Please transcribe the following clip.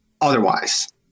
otherwise